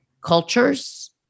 cultures